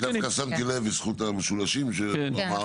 דווקא שמתי לב בזכות המשולשים שאמר,